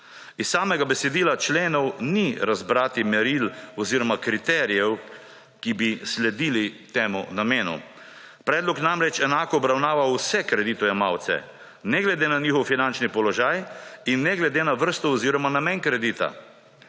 iz samega besedila členov ni razbrati meril oziroma kriterijev, ki bi sledili temu namenu. Predlog namreč enako obravnava vse kreditojemalce, ne glede na njihov finančni položaj in ne glede na vrsto oziroma namen kredita.